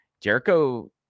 Jericho